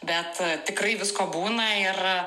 bet tikrai visko būna ir